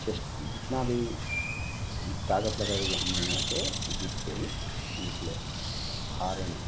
chess जितना भी इह ताकत लगा दे जे हम यहाँ से जीत के ही निकलें हारे नहीं